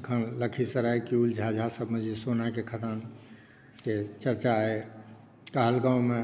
अखन लक्खीसराय कियोल झाझासभमे जे सोनाके खदानके चरचा यऽ पहलगाँवमे